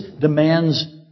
demands